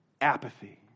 Apathy